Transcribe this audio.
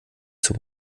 zum